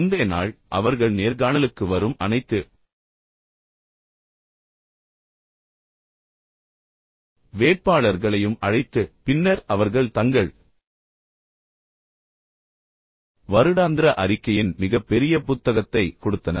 முந்தைய நாள் அவர்கள் நேர்காணலுக்கு வரும் அனைத்து வேட்பாளர்களையும் அழைத்து பின்னர் அவர்கள் தங்கள் வருடாந்திர அறிக்கையின் மிகப் பெரிய புத்தகத்தை கொடுத்தனர்